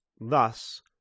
Thus